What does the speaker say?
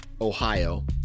Ohio